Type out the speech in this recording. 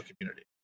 community